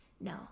no